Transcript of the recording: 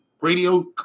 radio